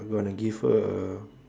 gonna give her a